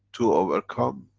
to overcome,